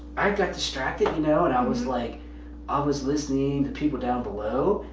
i got distracted, you know, and i was like i was listening the people down below,